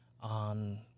on